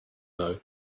know